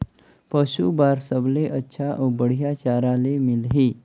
पशु बार सबले अच्छा अउ बढ़िया चारा ले मिलही?